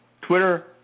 Twitter